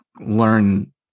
learn